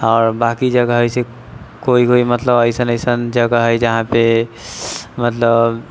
आओर बाँकी जगह अयसे कोइ कोइ मतलब अइसन अइसन जगह हइ जहाँ पे मतलब